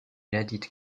ladite